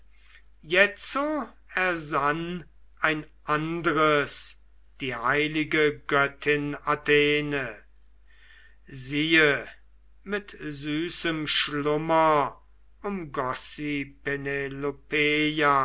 jetzo ersann ein andres die heilige göttin athene siehe mit süßem schlummer umgoß sie